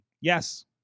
Yes